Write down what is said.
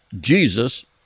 Jesus